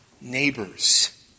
neighbors